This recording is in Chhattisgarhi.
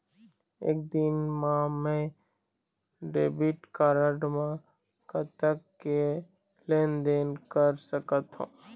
एक दिन मा मैं डेबिट कारड मे कतक के लेन देन कर सकत हो?